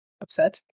upset